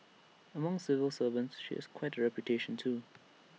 among civil servants she is quite reputation too